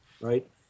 right